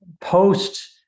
post